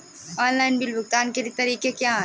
Online bill भुगतान के तरीके क्या हैं?